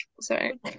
Sorry